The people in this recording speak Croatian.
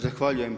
Zahvaljujem.